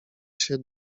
się